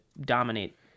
dominate